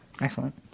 Excellent